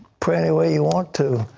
pray anyway you want to.